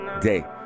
day